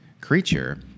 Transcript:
creature